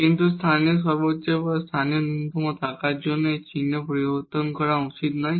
কিন্তু local maxima এবং local minima থাকার জন্য এটির চিহ্ন পরিবর্তন করা উচিত নয়